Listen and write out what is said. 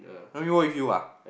you want me walk with you ah